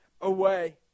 away